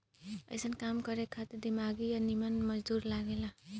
अइसन काम करे खातिर दिमागी आ निमन मजदूर लागे ला